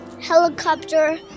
helicopter